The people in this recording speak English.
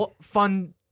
fun